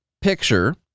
picture